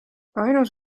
ainus